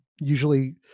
usually